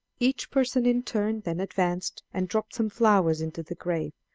each person in turn then advanced and dropped some flowers into the grave,